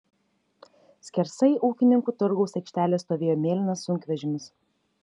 skersai ūkininkų turgaus aikštelės stovėjo mėlynas sunkvežimis